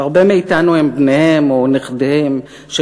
והרבה מאתנו הם בניהם או נכדיהם של